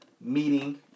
meeting